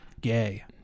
Gay